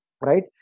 right